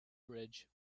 bridge